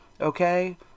Okay